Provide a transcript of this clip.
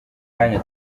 kanya